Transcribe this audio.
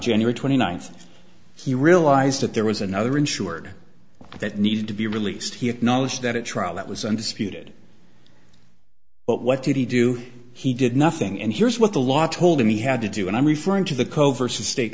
january twenty ninth he realized that there was another insured that needed to be released he acknowledged that trial that was undisputed but what did he do he did nothing and here's what the law told him he had to do and i'm referring to the covert state